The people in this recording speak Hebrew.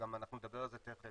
אנחנו נדבר על זה תיכף,